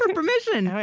um permission!